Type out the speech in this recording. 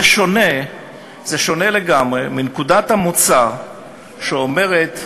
זה שונה לגמרי מנקודת המוצא שאומרת,